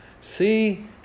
See